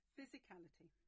Physicality